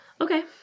Okay